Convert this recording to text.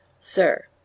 Sir